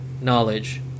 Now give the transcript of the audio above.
knowledge